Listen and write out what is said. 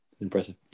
impressive